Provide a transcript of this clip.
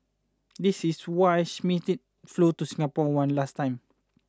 this is why Schmidt flew to Singapore one last time